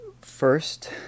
First